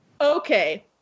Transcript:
okay